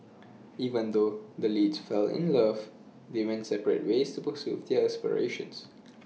even though the leads fell in love they went separate ways to pursue their aspirations